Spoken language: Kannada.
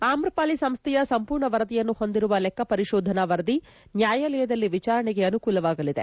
ಆಮ್ರಪಾಲಿ ಸಂಸ್ಥೆಯ ಸಂಪೂರ್ಣ ವರದಿಯನ್ನು ಹೊಂದಿರುವ ಲೆಕ್ಷ ಪರಿಶೋಧನಾ ವರದಿ ನ್ಯಾಯಾಲಯದಲ್ಲಿ ವಿಚಾರಣೆಗೆ ಅನುಕೂಲವಾಗಲಿದೆ